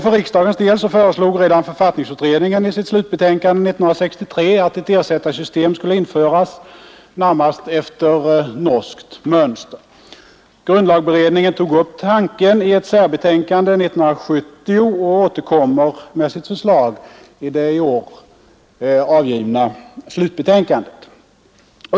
För riksdagens del föreslog redan författningsutredningen i sitt slutbetänkande 1963 att ett ersättarsystem skulle införas, närmast efter norskt mönster. Grundlagberedningen tog upp tanken i ett särbetänkande 1970 och återkommer med sitt förslag i det i år avgivna slutbetänkandet.